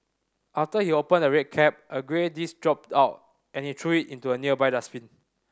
after he opened the red cap a grey disc dropped out and he threw it into a nearby dustbin